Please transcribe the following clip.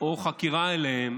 או חקירה עליהם